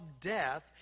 death